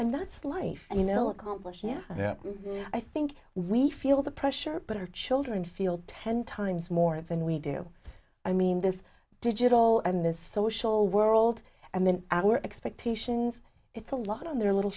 and that's life and you know accomplish yeah i think we feel the pressure but our children feel ten times more than we do i mean this digital and this social world and then our expectations it's a lot on their little